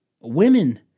Women